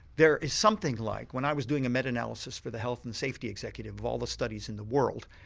there is something like, when i was doing a meta-analysis for the health and safety executive of all the studies in the world.